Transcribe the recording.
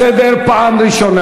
אני קורא אותך לסדר פעם ראשונה.